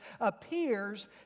appears